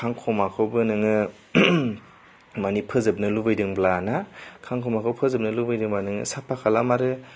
खांख'माखौबो नोङो मानि फोजोबनो लुगैदोंब्लाना खांख'माखौ फोजोबनो लुगैदोंब्ला नोङो साफा खालाम आरो